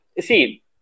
see